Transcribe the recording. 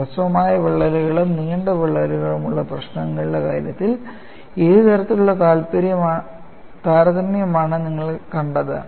ഹ്രസ്വമായ വിള്ളലുകളും നീണ്ട വിള്ളലുകളും ഉള്ള പ്രശ്നങ്ങളുടെ കാര്യത്തിൽ ഏത് തരത്തിലുള്ള താരതമ്യമാണ് നിങ്ങൾ കണ്ടത്